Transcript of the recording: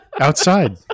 Outside